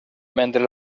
mentre